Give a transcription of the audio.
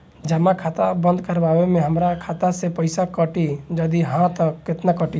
जमा खाता बंद करवावे मे हमरा खाता से पईसा भी कटी यदि हा त केतना कटी?